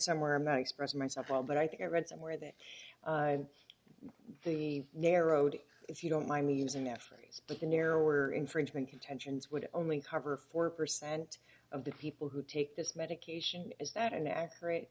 somewhere in that express myself but i think i read somewhere that the narrowed if you don't mind me using that phrase the narrower infringement contentions would only cover four percent of the people who take this medication is that an accurate